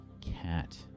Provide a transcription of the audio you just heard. cat